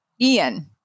Ian